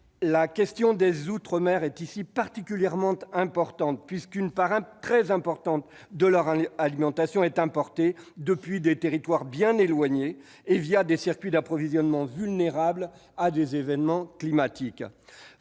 la question des outre-mer est ici particulièrement prégnante, puisqu'une part très importante de leur alimentation est importée, depuis des territoires éloignés et des circuits d'approvisionnement vulnérables aux événements climatiques.